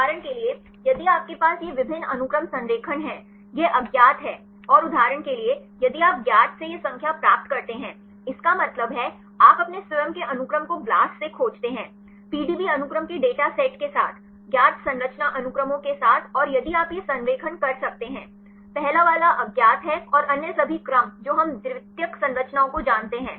उदाहरण के लिए यदि आपके पास यह विभिन्न अनुक्रम संरेखण है यह अज्ञात है और उदाहरण के लिए यदि आप ज्ञात से ये संख्या प्राप्त करते हैं इसका मतलब है आप अपने स्वयं के अनुक्रम को BLAST से खोजते हैं PDB अनुक्रमों के डेटा सेट के साथ ज्ञात संरचना अनुक्रमों के साथ और यदि आप यह संरेखण कर सकते हैं पहले वाला अज्ञात है और अन्य सभी क्रम जो हम द्वितीयक संरचनाओं को जानते हैं